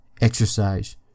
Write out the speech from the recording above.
exercise